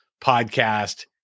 podcast